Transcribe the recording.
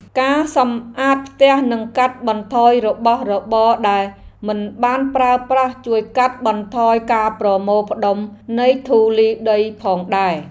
ការសម្អាតផ្ទះនិងកាត់បន្ថយរបស់របរដែលមិនបានប្រើប្រាស់ជួយកាត់បន្ថយការប្រមូលផ្តុំនៃធូលីដីផងដែរ។